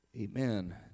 Amen